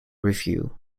review